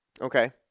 Okay